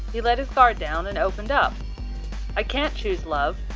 he let his guard down and opened up i can't choose love.